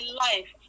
life